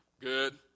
Good